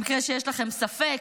למקרה שיש לכם ספק,